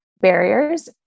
barriers